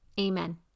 Amen